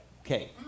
okay